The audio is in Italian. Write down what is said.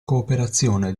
cooperazione